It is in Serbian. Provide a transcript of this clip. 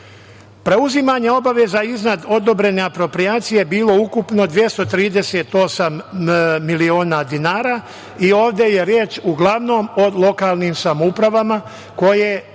nabavki. Preuzimanja obaveza iznad odobrenja aproprijacije je bilo ukupno 238 miliona dinara i ovde je reč uglavnom o lokalnim samoupravama, koje